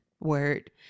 Word